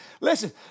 Listen